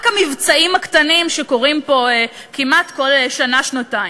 רק המבצעים הקטנים שקורים פה כמעט בכל שנה-שנתיים,